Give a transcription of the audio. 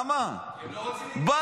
כי הם לא רוצים להתגייס.